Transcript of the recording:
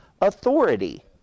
authority